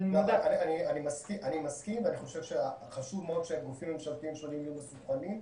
אני מסכים וחשוב מאוד שגופים ממשלתיים שונים יהיו מסונכרנים.